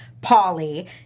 Polly